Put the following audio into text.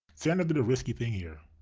sanders did a risky thing here.